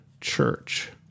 church